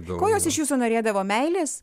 ko jos iš jūsų norėdavo meilės